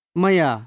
maya